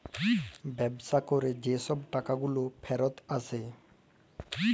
ব্যবসা ক্যরে যে ছব টাকাগুলা ফিরত আসে